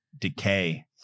decay